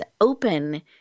open